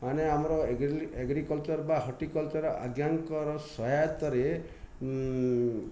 ମାନେ ଆମର ଏଗ୍ରିକଲ୍ଚର୍ ବା ହଟି୍କଲ୍ଚର୍ ଆଜ୍ଞାଙ୍କର ସହାୟତାରେ